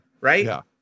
right